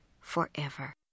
forever